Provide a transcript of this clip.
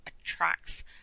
attracts